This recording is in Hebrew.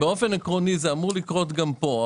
באופן עקרוני זה אמור לקרות גם פה,